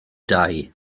dau